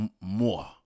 More